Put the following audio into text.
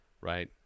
right